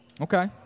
Okay